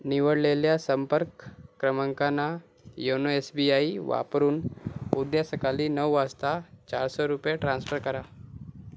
निवडलेल्या संपर्क क्रमांकाना योनो एस बी आय वापरून उद्या सकाळी नऊ वाजता चारशे रुपये ट्रान्स्फर करा